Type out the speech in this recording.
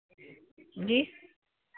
जी